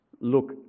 look